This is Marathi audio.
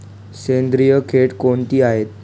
सेंद्रिय खते कोणती आहेत?